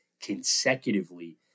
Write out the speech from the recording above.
consecutively